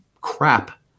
crap